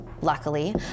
Luckily